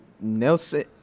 Nelson